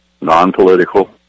non-political